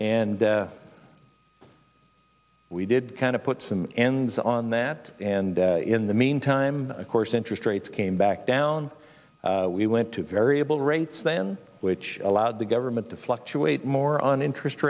and we did kind of put some ends on that and in the meantime of course interest rates came back down we went to variable rates then which allowed the government to fluctuate more on interest